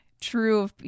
true